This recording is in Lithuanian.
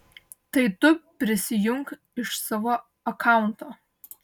tai tu prisijunk iš savo akaunto